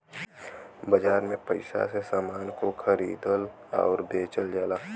बाजार में पइसा से समान को खरीदल आउर बेचल जाला